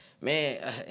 man